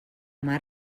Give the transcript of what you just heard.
mar